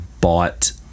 bought